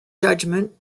judgment